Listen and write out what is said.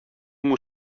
μου